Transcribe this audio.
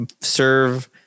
serve